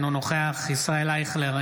אינו נוכח ישראל אייכלר,